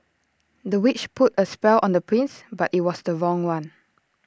the witch put A spell on the prince but IT was the wrong one